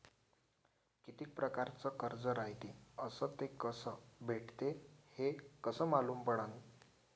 कितीक परकारचं कर्ज रायते अस ते कस भेटते, हे कस मालूम पडनं?